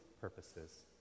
purposes